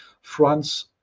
france